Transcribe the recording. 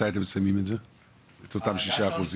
מתי אתם מסיימים את אותם 6%?